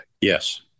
Yes